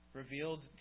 revealed